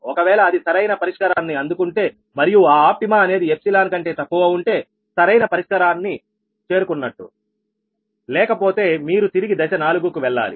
ఒకవేళ అది సరైన పరిష్కారాన్ని అందుకుంటే మరియు ఆ ఆప్టిమా అనేది ఎప్సిలాన్ కంటే తక్కువ ఉంటే సరైన పరిష్కారాన్ని చేరుకున్నట్టు లేకపోతే మీరు తిరిగి దశ 4 కు వెళ్లాలి